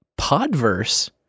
Podverse